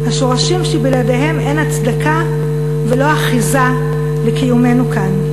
השורשים שבלעדיהם אין הצדקה ולא אחיזה לקיומנו כאן.